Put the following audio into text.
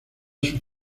sus